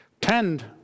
tend